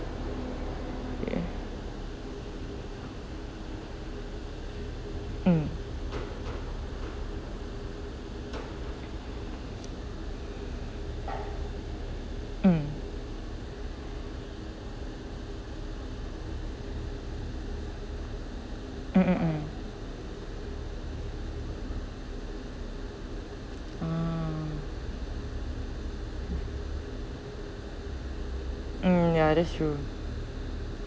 ya mm mm mm mm mm ah mm ya that's true